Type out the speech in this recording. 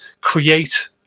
create